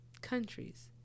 countries